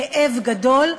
כאב גדול,